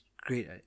great